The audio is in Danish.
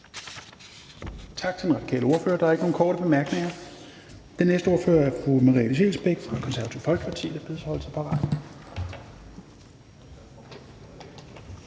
Tak til den radikale ordfører. Der er ikke nogen korte bemærkninger. Den næste ordfører er fru Merete Scheelsbeck fra Det Konservative Folkeparti, der bedes holde sig parat.